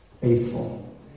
Faithful